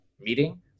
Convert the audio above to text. meeting